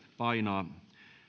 painaa